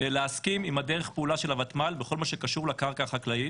להסכים עם דרך הפעולה של הוותמ"ל בכל מה שקשור לקרקע החקלאית.